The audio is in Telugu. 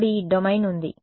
ఇప్పుడు ఈ డొమైన్ ఉంది